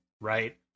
right